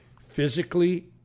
physically